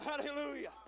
Hallelujah